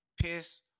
piss